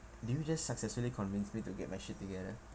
did you just successfully convince me to get my shit together